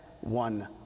one